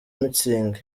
mutzig